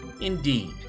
Indeed